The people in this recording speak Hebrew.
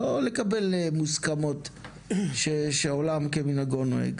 לא לקבל מוסכמות שהעולם כמנהגו נוהג.